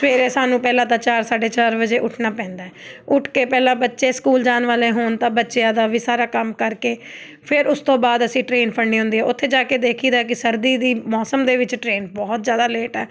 ਸਵੇਰੇ ਸਾਨੂੰ ਪਹਿਲਾਂ ਤਾਂ ਚਾਰ ਸਾਢੇ ਚਾਰ ਵਜੇ ਉੱਠਣਾ ਪੈਂਦਾ ਉੱਠ ਕੇ ਪਹਿਲਾਂ ਬੱਚੇ ਸਕੂਲ ਜਾਣ ਵਾਲੇ ਹੋਣ ਤਾਂ ਬੱਚਿਆਂ ਦਾ ਵੀ ਸਾਰਾ ਕੰਮ ਕਰਕੇ ਫਿਰ ਉਸ ਤੋਂ ਬਾਅਦ ਅਸੀਂ ਟ੍ਰੇਨ ਫੜਨੀ ਹੁੰਦੀ ਉੱਥੇ ਜਾ ਕੇ ਦੇਖੀਦਾ ਕਿ ਸਰਦੀ ਦੀ ਮੌਸਮ ਦੇ ਵਿੱਚ ਟ੍ਰੇਨ ਬਹੁਤ ਜ਼ਿਆਦਾ ਲੇਟ ਹੈ